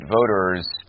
voters